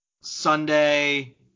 Sunday